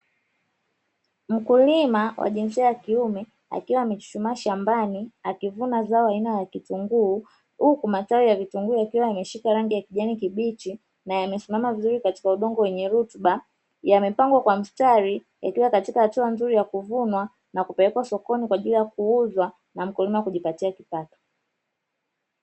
Mkulima wa jinsia ya kiume akiwa amechuchumaa shambani akivuna zao aina ya kitunguu. Huku matawi ya vitunguu yakiwa yameshika rangi ya kijani kibichi na yamesimama vizuri katika udongo wenye rutuba yamepangwa kwa mstari yakiwa katika hatua nzuri ya kuvunwa nakupelekwa sokoni kwa ajili ya kuuzwa na mkulima kujipatia kipato.